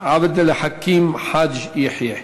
עבד אל חכים חאג' יחיא.